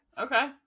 Okay